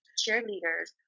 cheerleaders